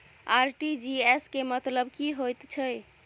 RTGS केँ मतलब की हएत छै?